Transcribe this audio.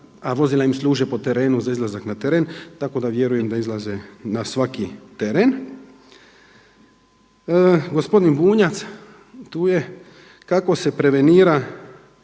a vozila im služe po terenu za izlazak na teren tako da vjerujem da izlaze na svaki teren. Gospodin Bunjac, tu je, kako se prevenira,